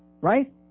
right